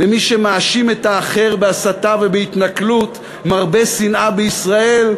ומי שמאשים את האחר בהסתה ובהתנכלות מרבה שנאה בישראל,